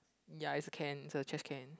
ya is can is a trash can